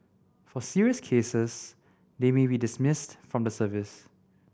for serious cases they may be dismissed from the service